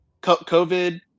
COVID